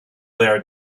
there